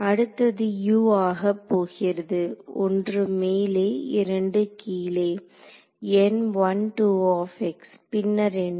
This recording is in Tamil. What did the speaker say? அடுத்தது U ஆகப்போகிறது 1 மேலே 2 கீழே பின்னர் என்ன